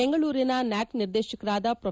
ಬೆಂಗಳೂರಿನ ನ್ಯಾಕ್ ನಿರ್ದೇಶಕರಾದ ಪ್ರೊ